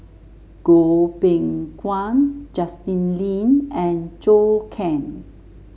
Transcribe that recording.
Goh Beng Kwan Justin Lean and Zhou Can